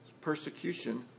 persecution